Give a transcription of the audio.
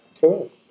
cool